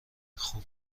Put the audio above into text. خوب